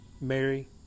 Mary